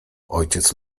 ojciec